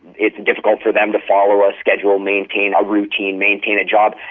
it's difficult for them to follow a schedule, maintain a routine, maintain a job,